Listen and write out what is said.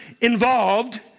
involved